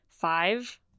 five